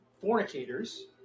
fornicators